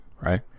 right